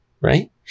Right